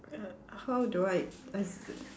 uh how do I